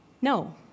No